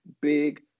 big